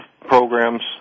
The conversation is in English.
programs